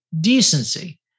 decency